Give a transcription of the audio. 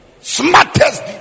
Smartest